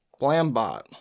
blambot